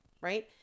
right